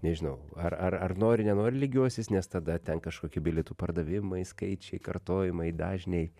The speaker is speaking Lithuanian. nežinau ar ar ar nori nenori lygiuosies nes tada ten kažkokie bilietų pardavimai skaičiai kartojimai dažniai